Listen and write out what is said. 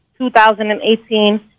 2018